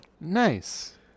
Nice